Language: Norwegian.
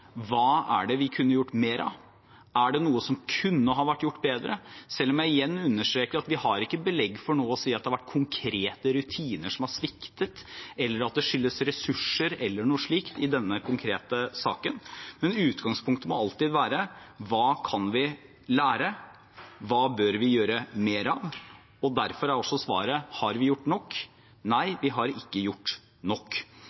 Hva er det vi kunne ha gjort mer av? Er det noe som kunne ha vært gjort bedre? Jeg må igjen understreke at vi ikke har belegg for å si at det har vært konkrete rutiner som har sviktet, eller at det skyldes ressurser eller noe slikt, i denne konkrete saken. Men utgangspunktet må alltid være: Hva kan vi lære? Hva bør vi gjøre mer av? Derfor er også svaret på spørsmålet om hvorvidt vi har gjort nok: Nei, vi har ikke gjort nok.